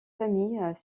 famille